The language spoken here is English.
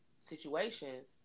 situations